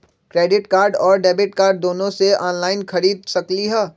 Credit card और debit card दोनों से ऑनलाइन खरीद सकली ह?